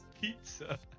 pizza